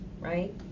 right